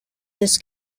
this